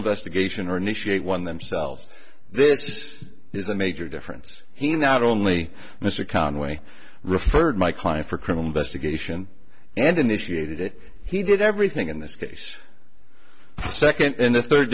investigation or initiate one themselves this is a major difference he not only mr conway referred my client for criminal investigation and initiated it he did everything in this case the second and the third